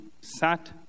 sat